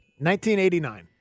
1989